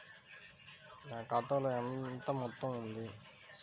నా ఖాతాలో ఎంత మొత్తం ఉంది?